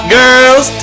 girls